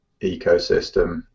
ecosystem